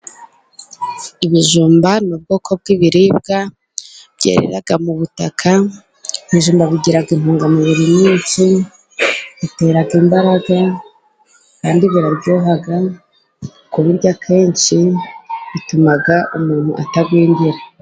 Ibijumba ni ubwoko bw'ibiribwa byerera mu butaka. Ibijumba bigira intungamubiri bitera imbaraga, kandi biraryoha kubirya kenshi bituma umuntu atagwingira.